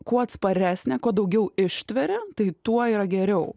kuo atsparesnė kuo daugiau ištveria tai tuo yra geriau